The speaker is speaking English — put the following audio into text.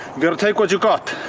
got to take what you got.